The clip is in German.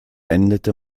endete